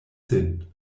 sin